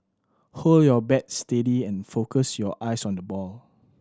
hold your bat steady and focus your eyes on the ball